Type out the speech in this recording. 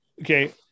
Okay